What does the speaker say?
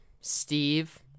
Steve